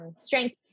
strength